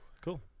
cool